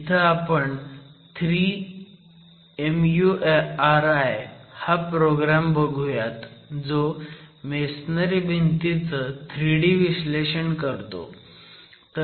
इथं आपण 3MURI हा प्रोग्रॅम बघुयात जो मेसनरी भिंतीचं 3D विश्लेषण करतो